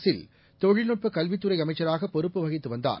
அரசில்தொழில்நுட்பக் கல்வித்துறைஅமைச்சராகபொறுப்புவகித்துவந்தார்